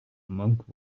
monk